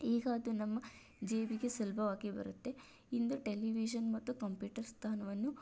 ಈಗ ಅದು ನಮ್ಮ ಜೇಬಿಗೆ ಸುಲಭವಾಗಿ ಬರುತ್ತೆ ಇಂದು ಟೆಲಿವಿಷನ್ ಮತ್ತು ಕಂಪ್ಯೂಟರ್ ಸ್ಥಾನವನ್ನು